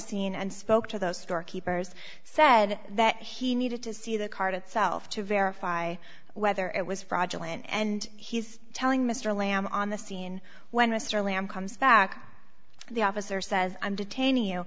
scene and spoke to those storekeepers said that he needed to see the card itself to verify whether it was fraudulent and he's telling mr lamb on the scene when mr lamb comes back the officer says i'm detaining you